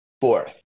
fourth